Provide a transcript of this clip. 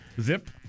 Zip